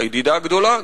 הידידה הגדולה,